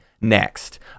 next